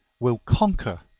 will conquer